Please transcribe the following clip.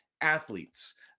athletes